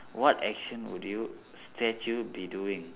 what action would your statue be doing